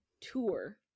tour